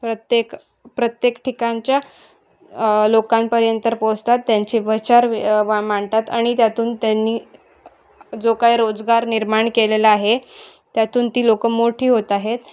प्रत्येक प्रत्येक ठिकाणच्या लोकांपर्यंतर पोहोचतात त्यांचे विचार व मांडतात आणि त्यातून त्यांनी जो काय रोजगार निर्माण केलेला आहे त्यातून ती लोकं मोठी होत आहेत